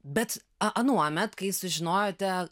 bet anuomet kai sužinojote